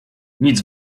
nic